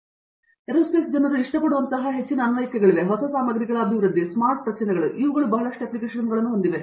ಆದ್ದರಿಂದ ಏರೋಸ್ಪೇಸ್ ಜನರು ಇಷ್ಟಪಡುವಂತಹ ಹೆಚ್ಚಿನ ಅನ್ವಯಿಕೆಗಳಿವೆ ಹೊಸ ಸಾಮಗ್ರಿಗಳ ಅಭಿವೃದ್ಧಿ ಸ್ಮಾರ್ಟ್ ರಚನೆಗಳು ಇವುಗಳು ಬಹಳಷ್ಟು ಅಪ್ಲಿಕೇಶನ್ಗಳನ್ನು ಹೊಂದಿವೆ